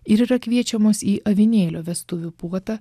ir yra kviečiamos į avinėlio vestuvių puotą